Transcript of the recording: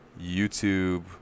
YouTube